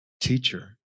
Teacher